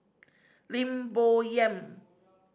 Lim Bo Yam